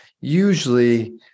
usually